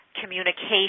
communication